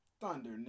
Thunder